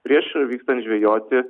prieš vykstant žvejoti